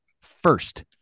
first